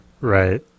Right